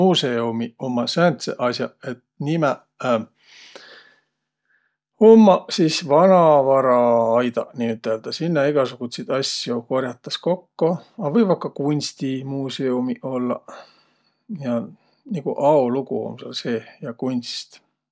Muusõumiq ummaq sääntseq as'aq, et nimäq ummaq sis vanavaraaidaq niiüteldäq. Sinnäq egäsugutsit asjo kor'atas kokko, a võivaq ka kunstimuusõumiq ollaq ja nigu aolugu um sääl seeh ja kunst.